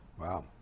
Wow